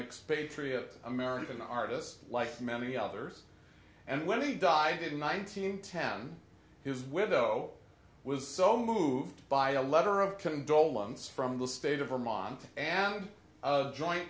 expatriate american artist like many others and when he died in nineteen ten his widow was so moved by a letter of condolence from the state of vermont and joint